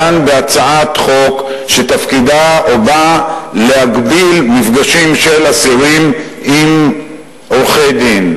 דן בהצעת חוק שבאה להגביל מפגשים של אסירים עם עורכי-דין.